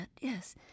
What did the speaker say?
yes